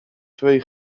twee